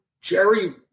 Jerry